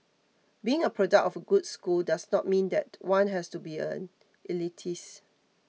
being a product of a good school does not mean that one has to be an elitist